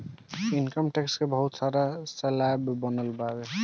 income tax के बहुत सारा स्लैब बनल बावे